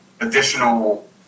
additional